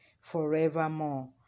forevermore